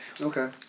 Okay